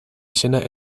izena